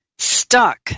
stuck